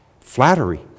Flattery